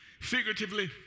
figuratively